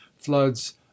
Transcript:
floods